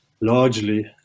largely